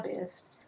best